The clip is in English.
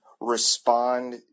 respond